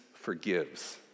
forgives